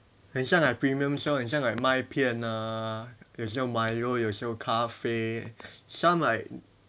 很像 like premium lor 很像 like 麦片啊有时候 milo 有时候咖啡 some like